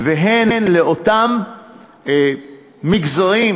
והן לאותם מגזרים,